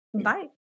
Bye